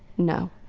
no.